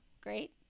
great